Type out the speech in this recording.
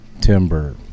timber